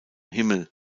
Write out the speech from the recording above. himmel